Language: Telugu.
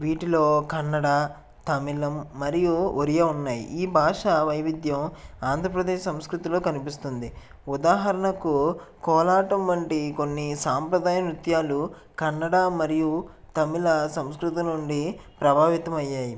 వీటిలో కన్నడ తమిళం మరియు ఒరియా ఉన్నాయి ఈ భాష వైవిధ్యం ఆంధ్రప్రదేశ్ సంస్కృతిలో కనిపిస్తుంది ఉదాహరణకు కోలాటం వంటి కొన్ని సాంప్రదాయ నృత్యాలు కన్నడ మరియు తమిళ సంస్కృతుల నుండి ప్రభావితం అయ్యాయి